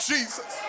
Jesus